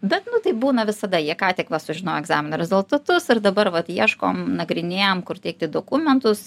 bet nu tai būna visada jie ką tik va sužinojo egzamino rezultatus ir dabar vat ieškom nagrinėjam kur teikti dokumentus